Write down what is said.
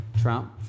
Trump